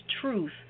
truth